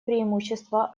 преимущества